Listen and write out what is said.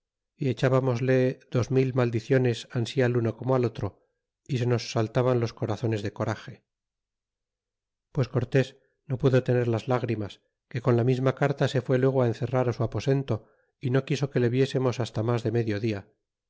y echábamosle dos mil maldiciones ansi al uno como al otro y se nos saltaban los corazones de corage pues cortés no pudo tener las lágrimas que con la misma carta se fué luego encerrar su aposento y no quiso que le viésemos hasta mas de medio dia